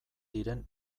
diren